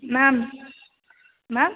ma'am ma'am